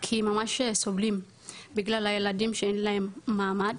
כי ממש סובלים בגלל הילדים שאין להם מעמד